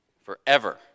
forever